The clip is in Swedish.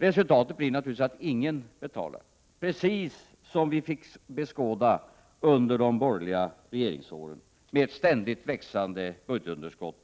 Resultatet blir naturligtvis att ingen betalar, precis som vi fick beskåda under de borgerliga regeringsåren med ett ständigt växande budgetunderskott,